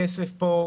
הכסף פה,